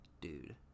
dude